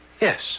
Yes